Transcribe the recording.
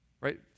Right